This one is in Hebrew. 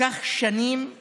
לקח שנים של